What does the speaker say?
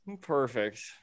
perfect